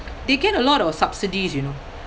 they get a lot of subsidies you know